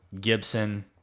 Gibson